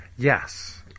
Yes